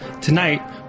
Tonight